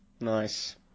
Nice